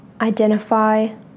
identify